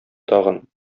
тагын